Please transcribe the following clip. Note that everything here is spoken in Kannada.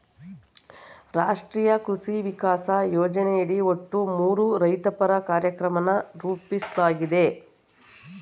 ರಾಷ್ಟ್ರೀಯ ಕೃಷಿ ವಿಕಾಸ ಯೋಜನೆಯಡಿ ಒಟ್ಟು ಮೂರು ರೈತಪರ ಕಾರ್ಯಕ್ರಮನ ರೂಪಿಸ್ಲಾಗಿದೆ